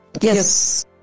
yes